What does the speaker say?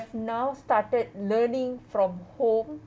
now started learning from home